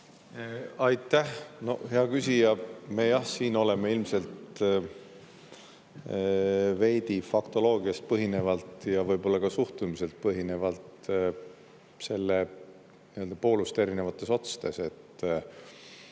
Aitäh! Hea küsija, me siin oleme ilmselt veidi faktoloogiast põhinevalt ja võib-olla ka suhtumiselt põhinevalt selle nii-öelda pooluste erinevates otstes.